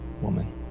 woman